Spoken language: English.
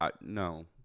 No